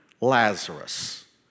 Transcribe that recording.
Lazarus